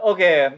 Okay